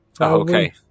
okay